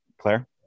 Claire